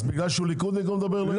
אז בגלל שהוא ליכודניק הוא מדבר לא יפה?